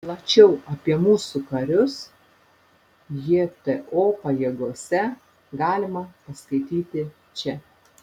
plačiau apie mūsų karius jto pajėgose galima paskaityti čia